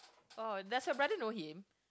oh that's a better know him